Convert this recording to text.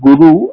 Guru